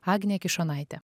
agne kišonaite